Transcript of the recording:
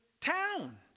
town